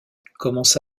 commence